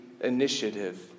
initiative